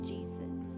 Jesus